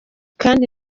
kandi